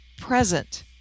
present